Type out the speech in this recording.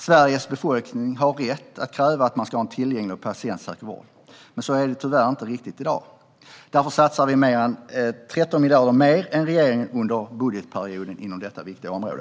Sveriges befolkning har rätt kräva en tillgänglig och patientsäker vård. Så är det tyvärr inte riktigt i dag. Därför satsar vi 13 miljarder mer än regeringen under budgetperioden inom detta viktiga område.